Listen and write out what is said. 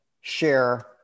share